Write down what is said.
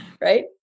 right